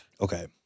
okay